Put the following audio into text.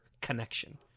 connection